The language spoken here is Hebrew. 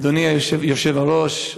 אדוני היושב-ראש,